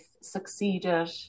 succeeded